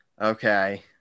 Okay